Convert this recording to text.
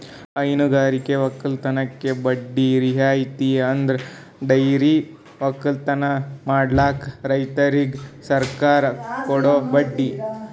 ಹೈನಗಾರಿಕೆ ವಲಯಕ್ಕೆ ಬಡ್ಡಿ ರಿಯಾಯಿತಿ ಅಂದುರ್ ಡೈರಿ ಒಕ್ಕಲತನ ಮಾಡ್ಲುಕ್ ರೈತುರಿಗ್ ಸರ್ಕಾರ ಕೊಡೋ ಬಡ್ಡಿ